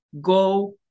Go